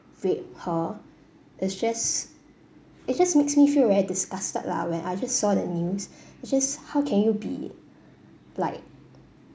rape her it just it just makes me feel very disgusted lah when I just saw the news it just how can you be like